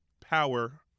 power